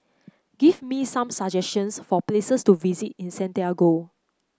give me some suggestions for places to visit in Santiago